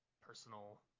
personal